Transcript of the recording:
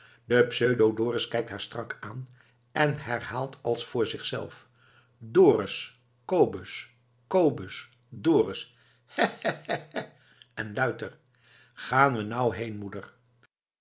de pseudo dorus kijkt haar strak aan en herhaalt als voor zichzelf dorus kobus kobus dorus hè hè hè hè en luider gaan we nou heen moeder